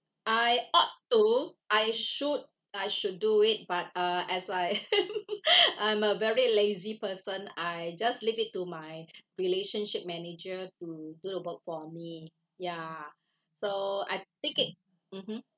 I ought to I should I should do it but uh as I I'm a very lazy person I just leave it to my relationship manager to do the work for me ya so I take it mmhmm